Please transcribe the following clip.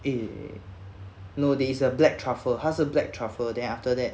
eh no there is a black truffle 它是 black truffle then after that